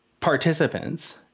participants